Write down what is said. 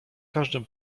każdym